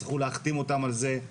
יצטרכו להחתים אותם על זה,